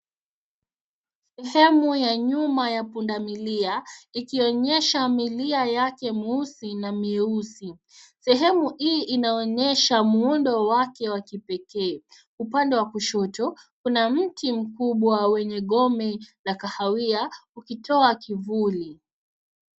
Sehemu ya nyuma ya pundamilia ikionyesha milia yake mweusi na myeusi. Sehemu hii inaonyesha muundo wake wa kipekee. Upande wa kushoto kuna mti mkubwa wenye gome la kahawia ukitoa kivuli.